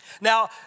Now